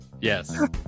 Yes